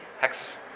hex